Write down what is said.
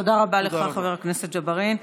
תודה רבה לך, חבר הכנסת ג'בארין.